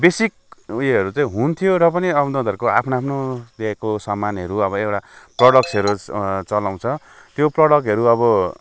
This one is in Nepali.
बेसिक उयोहरू चाहिँ हुन्थ्यो र पनि अब उनीहरूको आफ्नो आफ्नो दिएको सामानहरू अब एउटा प्रडक्सहरू चलाउँछ त्यो प्रडक्टहरू अब